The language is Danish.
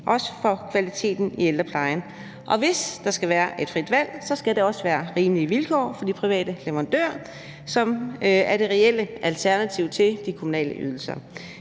også for kvaliteten i ældreplejen. Og hvis der skal være et frit valg, skal der også være rimelige vilkår for de private leverandører, som er det reelle alternativ til de kommunale ydelser.